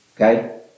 okay